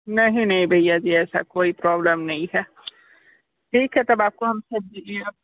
नहीं नहीं भैया जी ऐसा कोई प्रॉब्लम नहीं है ठीक है तब आपको हम सब्ज़ियाँ